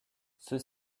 ceux